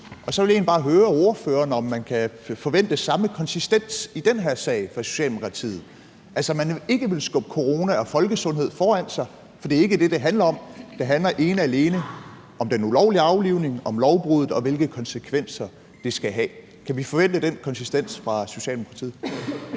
Og så vil jeg egentlig bare høre ordføreren, om man kan forvente samme konsistens i den her sag fra Socialdemokratiets side – altså at man ikke vil skubbe corona og folkesundhed foran sig. For det er ikke det, det handler om; det handler ene og alene om den ulovlige aflivning, om lovbruddet, og hvilke konsekvenser det skal have. Kan vi forvente den konsistens fra Socialdemokratiets